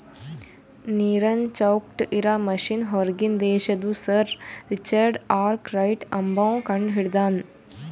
ನೀರನ್ ಚೌಕ್ಟ್ ಇರಾ ಮಷಿನ್ ಹೂರ್ಗಿನ್ ದೇಶದು ಸರ್ ರಿಚರ್ಡ್ ಆರ್ಕ್ ರೈಟ್ ಅಂಬವ್ವ ಕಂಡಹಿಡದಾನ್